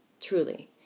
Truly